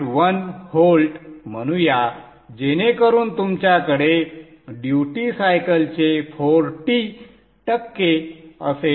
1 volt म्हणूया जेणेकरून तुमच्याकडे ड्युटी सायकलचे 40 टक्के असेल